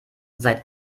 seit